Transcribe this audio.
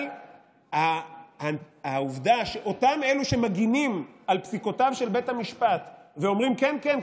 אבל העובדה שאותם אלו שמגינים על פסיקותיו של בית המשפט ואומרים: כן כן,